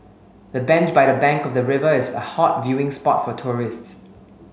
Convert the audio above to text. the bench by the bank of the river is a hot viewing spot for tourists